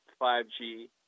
5G